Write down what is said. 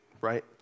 right